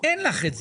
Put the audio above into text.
אין לך את זה.